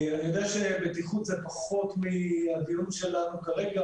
אני יודע שבטיחות זה פחות במרכז הדיון שלנו כרגע,